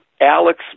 Alex